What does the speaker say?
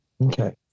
Okay